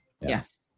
Yes